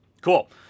cool